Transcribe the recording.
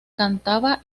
cantaba